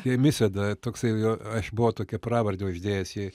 kiemisėda toksai ja aš buvau tokią pravardę uždėjęs jai